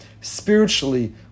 Spiritually